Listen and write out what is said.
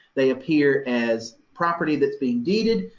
they appear as property that's being deeded.